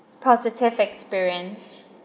positive experience